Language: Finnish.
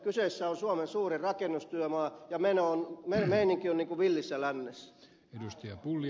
kyseessä on suomen suurin rakennustyömaa ja meininki on niin kuin villissä lännessä